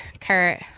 Kurt